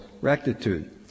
rectitude